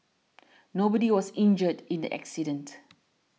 nobody was injured in the accident